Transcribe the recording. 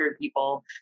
people